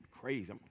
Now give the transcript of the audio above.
crazy